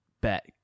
bet